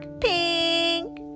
pink